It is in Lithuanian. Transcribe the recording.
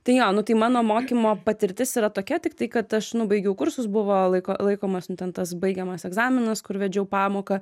tai jo nu tai mano mokymo patirtis yra tokia tiktai kad aš nu baigiau kursus buvo laiko laikomas nu ten tas baigiamas egzaminas kur vedžiau pamoką